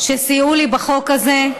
שסייעו לי בחוק הזה,